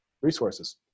resources